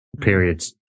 periods